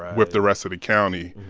with the rest of the county.